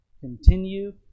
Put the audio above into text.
Continue